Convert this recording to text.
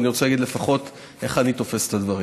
ואני רוצה להגיד לפחות איך אני תופס את הדברים.